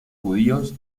judíos